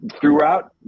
throughout